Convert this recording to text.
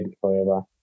forever